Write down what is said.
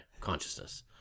consciousness